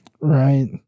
right